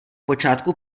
počátku